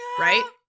right